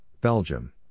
Belgium